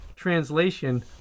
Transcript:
translation